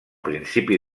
principi